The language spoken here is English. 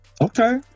Okay